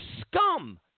scum